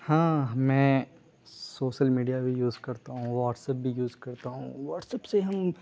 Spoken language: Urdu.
ہاں میں سوشل میڈیا بھی یوز کرتا ہوں واٹس ایپ بھی یوز کرتا ہوں واٹس ایپ سے ہم